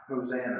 Hosanna